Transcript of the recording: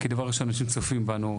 כי דבר ראשון, יש שצופים בנו.